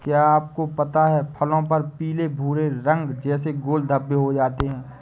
क्या आपको पता है फलों पर पीले भूरे रंग जैसे गोल धब्बे हो जाते हैं?